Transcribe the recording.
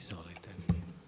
Izvolite.